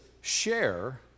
share